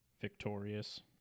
Victorious